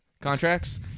contracts